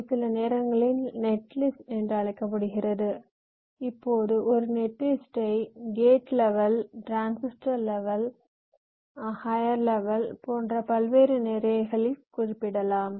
இது சில நேரங்களில் நெட்லிஸ்ட் என்று அழைக்கப்படுகிறது இப்போது ஒரு நெட்லிஸ்ட்டை கேட் லெவல் டிரான்சிஸ்டர் லெவல் உயர் லெவல் போன்ற பல்வேறு நிலைகளில் குறிப்பிடலாம்